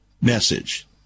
message